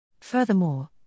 Furthermore